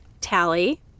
Tally